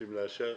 רוצים לאשר.